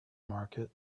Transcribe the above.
market